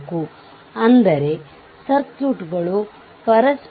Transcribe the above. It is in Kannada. ಇದು Voc VThevenin ಮತ್ತು RTheveninR